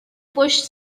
push